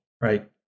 right